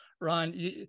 Ron